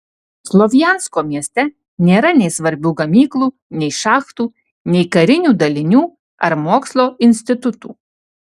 slovjansko mieste nėra nei svarbių gamyklų nei šachtų nei karinių dalinių ar mokslo institutų